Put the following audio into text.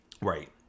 right